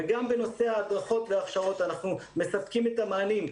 וגם בנושא ההדרכות וההכשרות אנחנו מספקים את המענים.